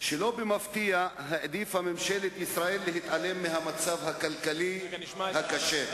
שלא במפתיע העדיפה ממשלת ישראל להתעלם מהמצב הכלכלי הקשה,